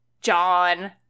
John